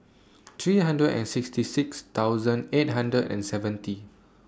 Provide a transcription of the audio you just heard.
three hundred and sixty six thousand eight hundred and seventy